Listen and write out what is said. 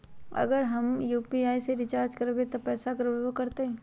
अगर हम यू.पी.आई से रिचार्ज करबै त पैसा गड़बड़ाई वो करतई?